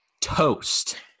toast